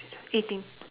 eighteen